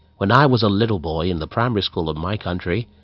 when i was a little boy in the primary school of my country,